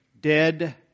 dead